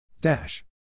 Dash